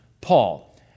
Paul